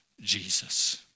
Jesus